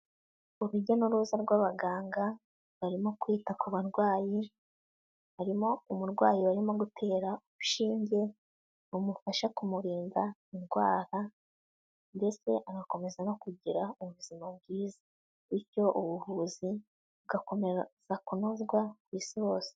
Urujya n'uruza rw'abaganga barimo kwita ku barwayi, harimo umurwayi barimo gutera urushinge rumufasha kumurinda indwara, ndetse agakomeza no kugira ubuzima bwiza, bityo ubuvuzi bugakomeza kunozwa ku isi hose.